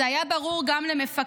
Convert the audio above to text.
זה היה ברור גם למפקדיו,